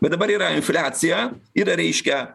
bet dabar yra infliacija yra reiškia